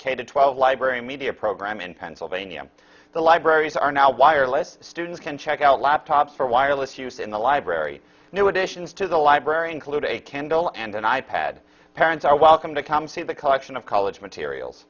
k to twelve library media program in pennsylvania the libraries are now wireless students can check out laptops for wireless use in the library new additions to the library include a candle and an i pad parents are welcome to come see the collection of college materials